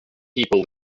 people